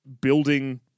Building